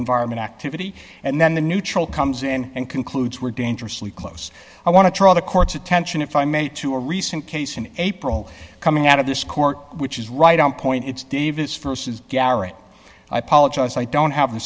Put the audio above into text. environment activity and then the neutral comes in and concludes were dangerously close i want to try the court's attention if i meant to a recent case in april coming out of this court which is right on point it's david's st is garrett i apologize i don't have the